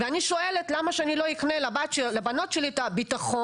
אני שואלת למה שאני לא אקנה לבנות שלי את הביטחון